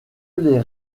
les